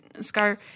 Scar